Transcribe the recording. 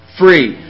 free